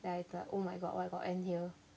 then I thought oh my god why got ant here